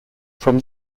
from